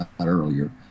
earlier